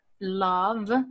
love